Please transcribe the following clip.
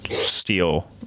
steel